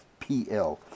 FPL